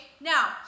Now